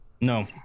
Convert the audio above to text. no